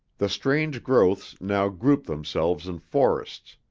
the strange growths now grouped themselves in forests,